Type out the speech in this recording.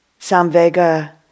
Samvega